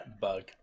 Bug